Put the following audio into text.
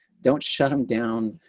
don't shut them down,